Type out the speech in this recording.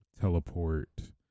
teleport